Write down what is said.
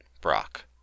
Brock